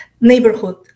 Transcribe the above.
neighborhood